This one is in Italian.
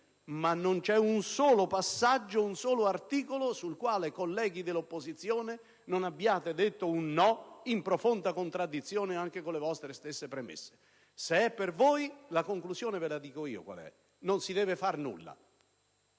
ma non c'è un solo passaggio, un solo articolo sul quale, colleghi dell'opposizione, non abbiate detto un no, in profonda contraddizione anche con le vostre stesse premesse. Se è per voi, la conclusione ve la dico io qual è: non si deve far nulla.